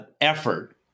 effort